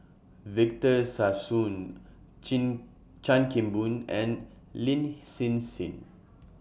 Victor Sassoon Chin Chan Kim Boon and Lin Hsin Hsin